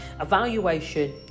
Evaluation